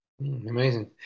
amazing